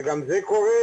שגם זה קורה,